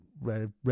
Red